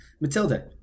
matilda